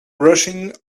rushing